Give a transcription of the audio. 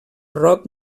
rock